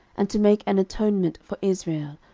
and to make an atonement for israel,